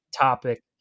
topic